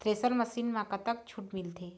Thresher machine म कतक छूट मिलथे?